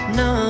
no